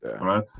right